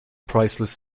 priceless